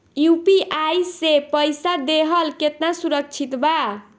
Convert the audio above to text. UPI से पईसा देहल केतना सुरक्षित बा?